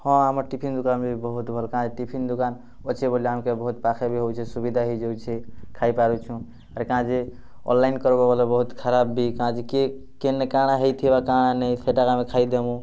ହଁ ଆମର୍ ଟିଫିନ୍ ଦୁକାନ୍ ବି ବହୁତ୍ ଭଲ୍ କାଁ ଯେ ଟିଫିନ୍ ଦୁକାନ୍ ଅଛେ ବଏଲେ ଆମ୍କେ ବହୁତ୍ ପାଖେ ବି ହଉଛେ ସୁବିଧା ହେଇଯାଉଛେ ଖାଇ ପାରୁଛୁଁ ଆର୍ କାଁଯେ ଅନ୍ଲାଇନ୍ କର୍ବ ବଏଲେ ବହୁତ୍ ଖରାପ୍ ବି କାଁଯେ କି କେନେ କାଣା ହେଇଥିବା କାଣା ନାଇଁ ସେଟାକେ ଆମେ ଖାଇଦେମୁ